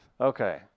Okay